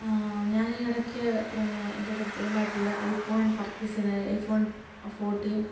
ഞാൻ ഈ ഇടക്ക് എന്റൊരു ഡ്രീമായിട്ടുള്ള ഐഫോൺ പർച്ചേസ് ചെയ്ത ഐഫോൺ ഫോർട്ടീൻ